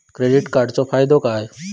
Credit कार्डाचो फायदो काय?